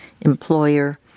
employer